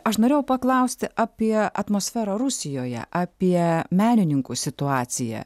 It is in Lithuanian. aš norėjau paklausti apie atmosferą rusijoje apie menininkų situaciją